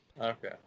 Okay